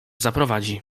zaprowadzi